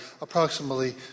approximately